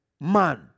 man